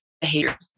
behavior